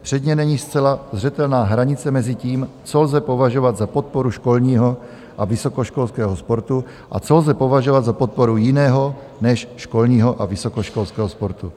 Předně není zcela zřetelná hranice mezi tím, co lze považovat za podporu školního a vysokoškolského sportu a co lze považovat za podporu jiného než školního a vysokoškolského sportu.